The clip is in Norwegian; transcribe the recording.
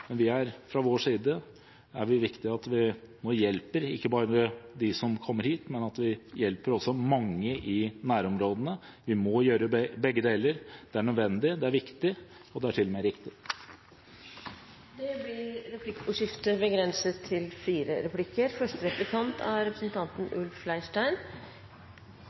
Fra vår side er det viktig at vi nå hjelper, ikke bare dem som kommer hit, men også mange i nærområdene. Vi må gjøre begge deler. Det er nødvendig, det er viktig – og det er til og med riktig. Det blir replikkordskifte.